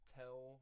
tell